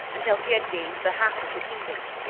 until he had gained the half of the kingdom.